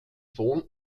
sohn